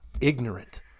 ignorant